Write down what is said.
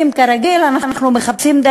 עסקים כרגיל,